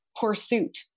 pursuit